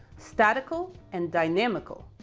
statical and dynamical,